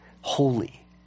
holy